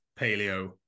paleo